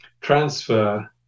transfer